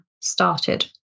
started